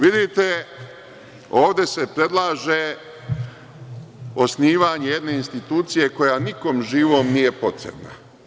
Vidite, ovde se predlaže osnivanje jedne institucije koja nikom živom nije potrebna.